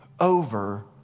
Over